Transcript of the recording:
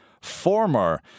former